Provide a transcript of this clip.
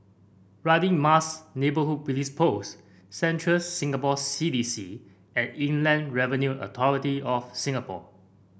Radin Mas Neighbourhood Police Post Central Singapore C D C and Inland Revenue Authority of Singapore